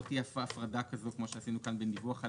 לא תהיה הפרדה כזאת כמו שעשינו כאן בין דיווח על